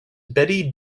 betty